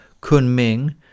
Kunming